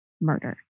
murder